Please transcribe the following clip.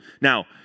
Now